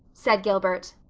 said gilbert.